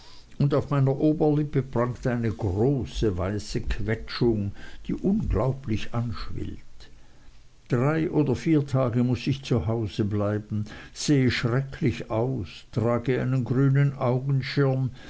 und auf meiner oberlippe prangt eine große weiße quetschung die unglaublich anschwillt drei oder vier tage muß ich zu hause bleiben sehe schrecklich aus trage einen grünen augenschirm